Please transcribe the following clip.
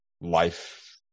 life